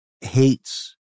hates